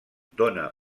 dóna